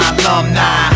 alumni